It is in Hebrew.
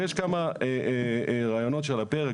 ויש כמה רעיונות שעל הפרק.